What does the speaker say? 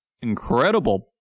incredible